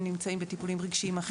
הם נמצאים בטיפולים רגשיים אחרים